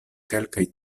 kelkaj